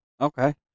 Okay